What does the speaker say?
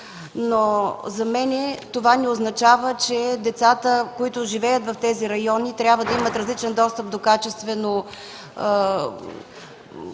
обаче това не означава, че децата, които живеят в тези райони, трябва да имат различен достъп до качествено